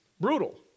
Brutal